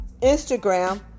Instagram